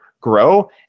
grow